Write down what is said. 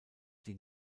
die